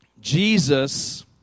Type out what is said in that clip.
Jesus